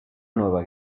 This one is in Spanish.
nueva